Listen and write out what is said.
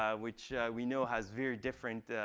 um which we know has very different